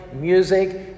music